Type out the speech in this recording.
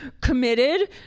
committed